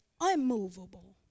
unmovable